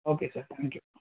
okay sir thank you